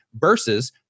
Versus